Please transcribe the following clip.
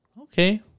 okay